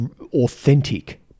authentic